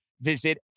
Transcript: visit